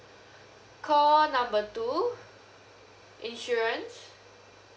call number two insurance